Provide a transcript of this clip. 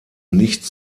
nicht